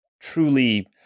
truly